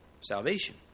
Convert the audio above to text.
salvation